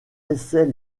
essais